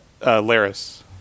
Laris